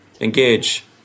engage